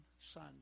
son